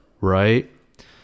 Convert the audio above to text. right